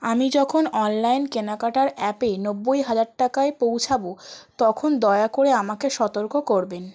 আমি যখন অনলাইন কেনাকাটার অ্যাপে নব্বই হাজার টাকায় পৌঁছাব তখন দয়া করে আমাকে সতর্ক করবেন